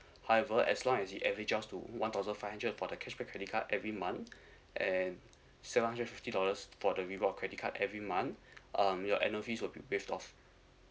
however as long as you adjust to one thousand five hundred for the cashback credit card every month and seven hundred fifty dollars for the reward credit card every month um your annual fees will be based off